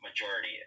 majority